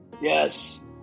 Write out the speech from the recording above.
Yes